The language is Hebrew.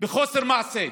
בחוסר מעשה.